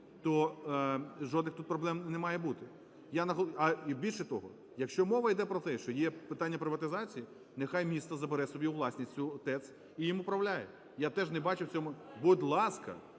то жодних тут проблем не має бути. І, більше того, якщо мова йде про те, що є питання приватизації, нехай місто забере собі у власність цю ТЕЦ і нею управляє. Я теж не бачу в цьому… Будь ласка,